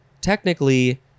Technically